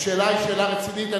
השאלה היא שאלה רצינית.